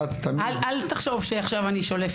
אל תחשוב שעכשיו אני שולפת.